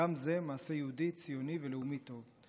גם זה מעשה יהודי, ציוני ולאומי טוב.